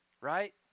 right